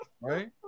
right